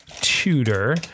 Tutor